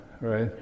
right